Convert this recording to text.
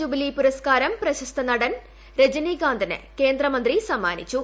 jubilee പുരസ്ക്കാരം പ്രശസ്ത നടൻ രജനീകാന്തിന് കേന്ദ്രമന്ത്രി സമ്മാനിച്ചു